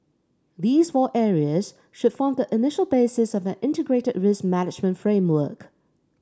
these four areas should form the initial basis of an integrated risk management framework